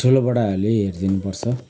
ठुला बडाहरूले हेरिदिनु पर्छ